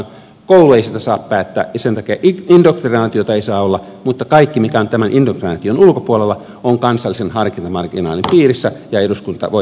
koulu ei sitä saa päättää ja sen takia indoktrinaatiota ei saa olla mutta kaikki mikä on tämän indoktrinaation ulkopuolella on kansallisen harkintamarginaalin piirissä ja eduskunta voi tämän asian päättää